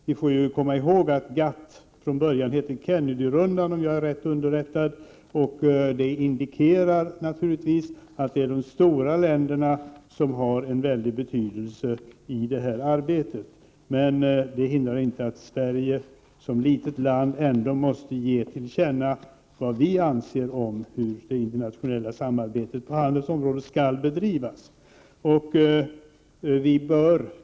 Om jag är rätt underrättad, hette GATT från början Kennedyrundan, och det indikerar naturligtvis att de stora länderna har en väldig betydelse i det här arbetet. Men det hindrar inte att Sverige som litet land ändå måste ge till känna vad vi anser om hur det internationella samarbetet på handelns område skall bedrivas.